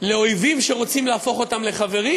לאויבים שרוצים להפוך אותם לחברים,